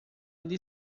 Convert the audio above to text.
ele